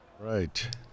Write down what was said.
Right